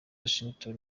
washington